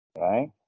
Right